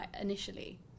initially